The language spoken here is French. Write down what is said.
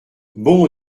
bon